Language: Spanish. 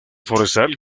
forestal